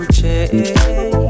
change